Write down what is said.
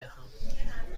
دهم